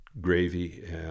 gravy